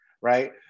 right